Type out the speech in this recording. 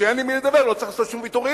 וכשאין עם מי לדבר לא צריך לעשות שום ויתורים,